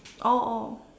oh oh